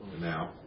Now